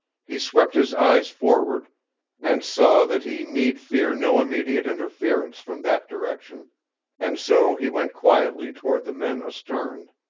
he swept his eyes forward and saw that he need fear no immediate interference from that direction and so he went quietly toward the men astern.